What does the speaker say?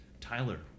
Tyler